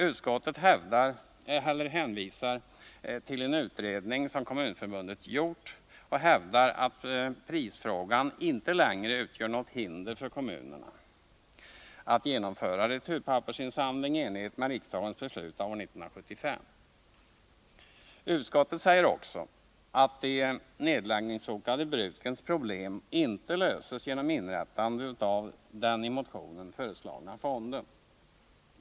Utskottet hänvisar till en utredningsom Kommunförbundet gjort och hävdar att prisfrågan inte längre utgör något hinder för kommunerna att genomföra returpappersinsamling i enlighet med riksdagens beslut 1975. Utskottet säger också att de nedläggningshotade brukens problem inte löses genom inrättande av den i motionen föreslagna fonden.